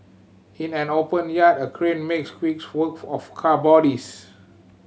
in an open yard a crane makes quick work of car bodies